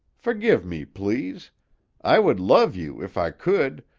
fergive me, please i would love you if i could,